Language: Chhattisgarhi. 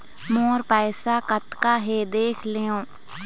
मोर पैसा कतका हे देख देव?